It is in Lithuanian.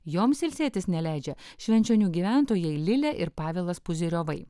joms ilsėtis neleidžia švenčionių gyventojai lilė ir pavelas puzyriovai